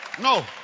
no